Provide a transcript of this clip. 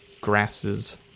grasses